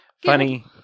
funny